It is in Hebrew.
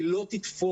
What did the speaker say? היא לא תתפוס.